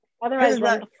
Otherwise